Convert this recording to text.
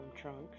trunks